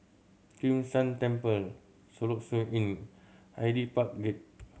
Kim San Temple Soluxe Inn Hyde Park Gate